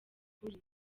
ukuri